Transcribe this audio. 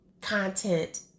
content